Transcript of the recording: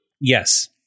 Yes